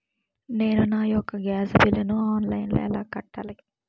నేను నా యెక్క గ్యాస్ బిల్లు ఆన్లైన్లో ఎలా కట్టాలి?